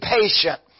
patient